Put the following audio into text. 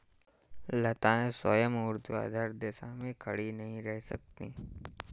लताएं स्वयं ऊर्ध्वाधर दिशा में खड़ी नहीं रह सकती